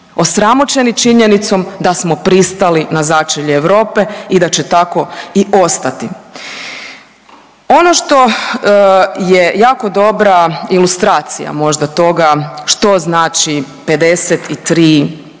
osramoćeni činjenicom da smo pristali na začelje Europe i da će tako i ostati. Ono što je jako dobra ilustracija možda toga što znači 53 milijuna